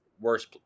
worse